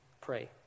pray